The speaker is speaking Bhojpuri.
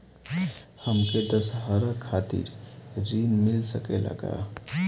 हमके दशहारा खातिर ऋण मिल सकेला का?